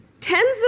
Tens